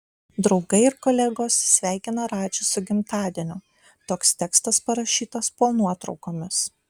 draugai ir kolegos sveikina radžį su gimtadieniu toks tekstas parašytas po nuotraukomis